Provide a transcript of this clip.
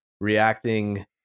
reacting